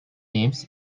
names